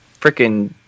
freaking